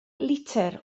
litr